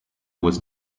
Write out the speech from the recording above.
was